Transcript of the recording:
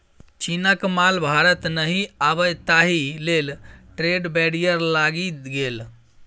चीनक माल भारत नहि आबय ताहि लेल ट्रेड बैरियर लागि गेल